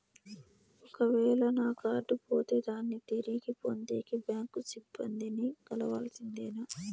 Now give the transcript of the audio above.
ఒక వేల నా కార్డు పోతే దాన్ని తిరిగి పొందేకి, బ్యాంకు సిబ్బంది ని కలవాల్సిందేనా?